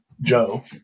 Joe